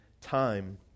time